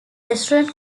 restaurant